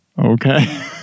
Okay